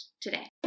today